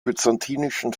byzantinischen